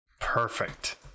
Perfect